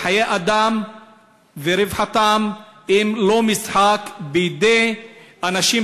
חיי אדם ורווחתם הם לא משחק בידי אנשים,